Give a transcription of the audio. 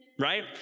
right